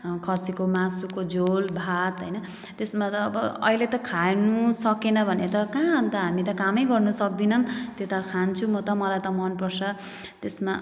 खसीको मासुको झोल भात हैन त्यसमा त अब अहिले त खानु सकेन भने त कहाँ अनि त हामी त कामै गर्नु सक्दैनौँ त्यो त खान्छु म त मलाई त मन पर्छ त्यसमा